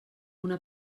una